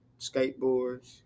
skateboards